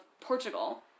Portugal